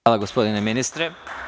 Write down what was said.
Hvala, gospodine ministre.